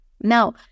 Now